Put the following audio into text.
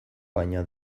baina